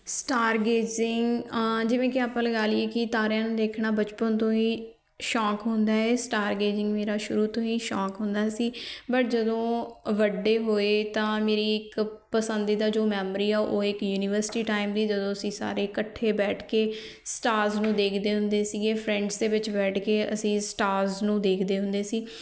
stargazing ਜਿਵੇਂ ਕਿ ਆਪਾਂ ਲਗਾ ਲਈਏ ਕੀ ਤਾਰਿਆਂ ਨੂੰ ਦੇਖਣਾ ਬਚਪਨ ਤੋਂ ਹੀ ਸ਼ੌਂਕ ਹੁੰਦਾ ਇਹ ਸਟਾਰਗੇਜਿੰਗ ਮੇਰਾ ਸ਼ੁਰੂ ਤੋਂ ਹੀ ਸ਼ੌਂਕ ਹੁੰਦਾ ਸੀ ਬਟ ਜਦੋਂ ਵੱਡੇ ਹੋਏ ਤਾਂ ਮੇਰੀ ਇੱਕ ਪਸੰਦੀਦਾ ਜੋ ਮੈਮਰੀ ਆ ਉਹ ਇਹ ਯੂਨੀਵਰਸਿਟੀ ਟਾਈਮ ਦੀ ਜਦੋਂ ਅਸੀਂ ਸਾਰੇ ਇਕੱਠੇ ਬੈਠ ਕੇ ਸਟਾਰਸ ਨੂੰ ਦੇਖਦੇ ਹੁੰਦੇ ਸੀਗੇ ਫਰੈਂਡਸ ਦੇ ਵਿੱਚ ਬੈਠ ਕੇ ਅਸੀਂ ਸਟਾਰਜ਼ ਨੂੰ ਦੇਖਦੇ ਹੁੰਦੇ ਸੀ